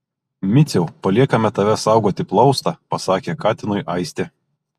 miciau paliekame tave saugoti plaustą pasakė katinui aistė